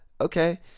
okay